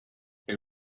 they